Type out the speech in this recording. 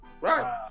right